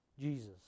Jesus